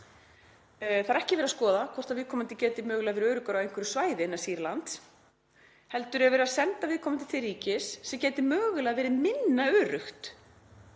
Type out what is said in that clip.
Það er ekki verið að skoða hvort viðkomandi geti mögulega verið öruggur á einhverju svæði innan Sýrlands heldur er verið að senda viðkomandi til ríkis sem getur mögulega verið minna öruggt